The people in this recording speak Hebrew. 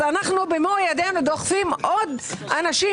אז אנחנו במו ידינו דוחפים עוד אנשים